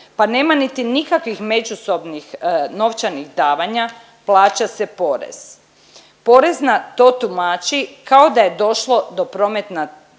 pa nema niti nikakvih međusobnih novčanih davanja, plaća se porez. Porezna to tumači kao da je došlo do prometa